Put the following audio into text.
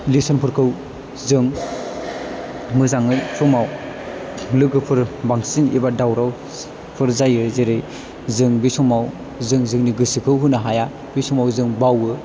lesson फोरखौ जों मोजाङै फुङाव लोगोफोर बांसिन एबा दावरावफोर जायो जेरै जों बे समाव जों जोंनि गोसोखौ होनो हाया बे समाव जों बावो